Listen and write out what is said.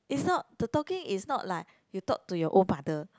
is not the talking is not like you talk to your own father